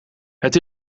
het